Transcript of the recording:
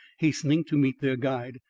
hastening to meet their guide.